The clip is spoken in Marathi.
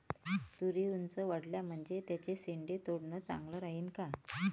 तुरी ऊंच वाढल्या म्हनजे त्याचे शेंडे तोडनं चांगलं राहीन का?